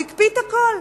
הוא הקפיא את הכול,